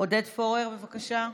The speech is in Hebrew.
עודד פורר, בבקשה.